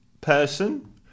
person